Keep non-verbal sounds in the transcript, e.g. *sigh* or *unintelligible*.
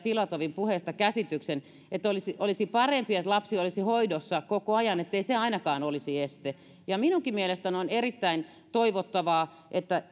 filatovin puheesta että olisi olisi parempi että lapsi olisi hoidossa koko ajan ettei se ainakaan olisi este minunkin mielestäni on erittäin toivottavaa että *unintelligible*